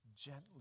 gently